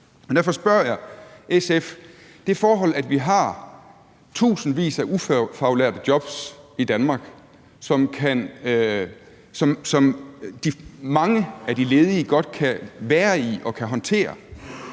derfor spørger jeg SF om det forhold, at vi har tusindvis af ufaglærte jobs i Danmark, som mange af de ledige godt kan være i og kan håndtere,